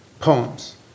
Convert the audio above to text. poems